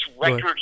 record